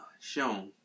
shown